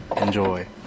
Enjoy